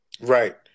Right